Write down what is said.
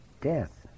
death